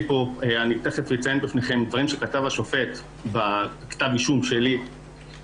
ותיכף אציין בפניכם דברים שכתב השופט בכתב האישום במקרה